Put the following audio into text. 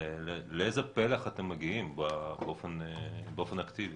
לאיזה פלח אתם מגיעים באופן אקטיבי?